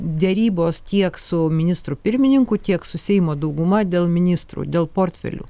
derybos tiek su ministru pirmininku tiek su seimo dauguma dėl ministrų dėl portfelių